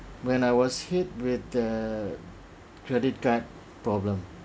when I was hit with the credit card problem